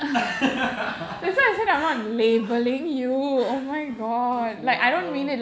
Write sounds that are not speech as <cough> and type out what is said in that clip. <laughs> !wow!